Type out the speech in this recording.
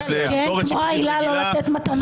לביקורת שיפוטית רגילה -- כמו העילה לא לתת מתנות?